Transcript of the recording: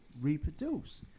reproduce